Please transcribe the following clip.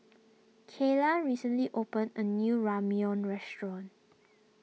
Kayla recently opened a new Ramyeon restaurant